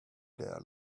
there